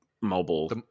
mobile